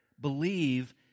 believe